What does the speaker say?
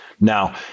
Now